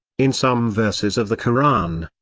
in some verses of the koran,